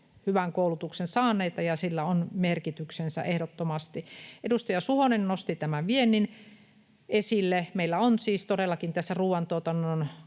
hyvän koulutuksen saaneita, ja sillä on merkityksensä ehdottomasti. Edustaja Suhonen nosti viennin esille. Meillä on siis todellakin tässä ruuantuotannon